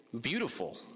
beautiful